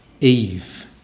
Eve